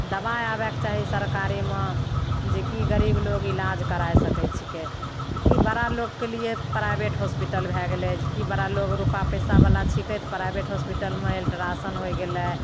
दवाइ आबैके चाही सरकारीमे जेकि गरीब लोक इलाज करै सकै छिकै कि बड़ा लोकके लिए प्राइवेट हॉस्पिटल भै गेलै जेकि बड़ा लोक रुपा पइसावला छिकै तऽ प्राइवेट हॉस्पिटलमे अल्ट्रासाउण्ड हो गेलै